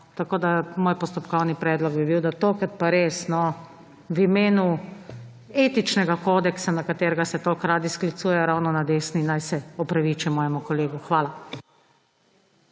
Tako da, moj postopkovni predlog bi bil, da tokrat pa res, no, v imenu etičnega kodeksa, na katerega se tako radi sklicujejo ravno na desni, naj se opraviči mojemu kolegu. Hvala.